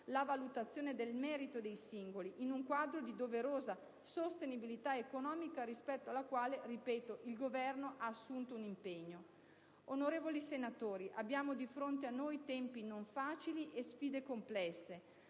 la valutazione del merito dei singoli, in un quadro di doverosa sostenibilità economica, rispetto alla quale - ripeto - il Governo ha assunto un impegno. Onorevoli senatori, abbiamo di fronte a noi tempi non facili e sfide complesse,